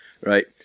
right